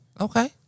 okay